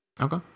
Okay